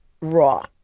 raw